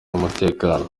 n’umutekano